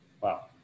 Wow